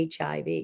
HIV